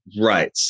Right